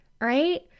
right